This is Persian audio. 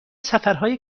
سفرهای